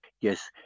Yes